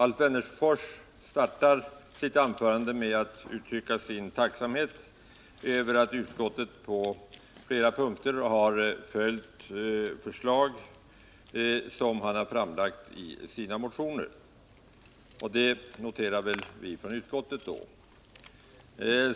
Alf Wennerfors startade sitt anförande med att uttrycka sin tacksamhet över att utskottet på flera punkter följt förslag som han har framlagt i motioner, och det noterar vi från utskottet.